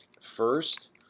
first